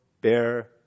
bear